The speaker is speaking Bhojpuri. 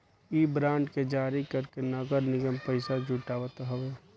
इ बांड के जारी करके नगर निगम पईसा जुटावत हवे